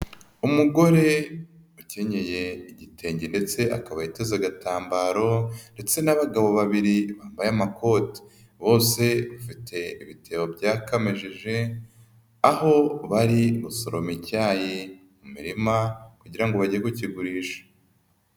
Umugore ukenyeye igitenge ndetse akaba yiteze agatambaro ndetse n'abagabo babiri bambaye amakoti, bose bafite ibitebo byakameje aho bari gusoroma icyayi mu mirima kugira ngo bajye kukigurisha.